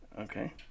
Okay